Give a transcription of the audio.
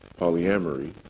polyamory